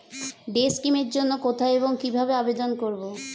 Day scheme এর জন্য কোথায় এবং কিভাবে আবেদন করব?